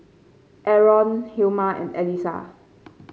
Arron Hilma and Elisa